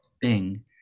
Bing